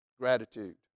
gratitude